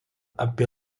apie